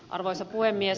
arvoisa puhemies